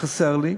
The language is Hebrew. חסרים לי.